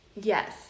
Yes